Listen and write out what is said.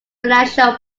financial